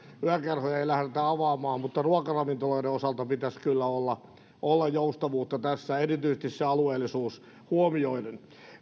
yökerhoja ei lähdetä avaamaan mutta ruokaravintoloiden osalta pitäisi kyllä olla olla joustavuutta tässä erityisesti se alueellisuus huomioiden